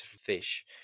fish